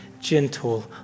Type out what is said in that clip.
gentle